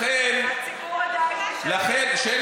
לכן, בטח.